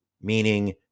meaning